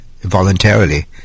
voluntarily